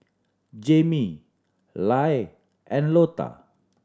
Jammie Lyle and Lotta